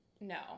no